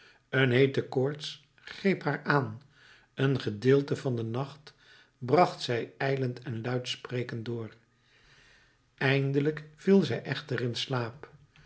een heete koorts greep haar aan een gedeelte van den nacht bracht zij ijlend en luid sprekend door eindelijk viel zij echter in slaap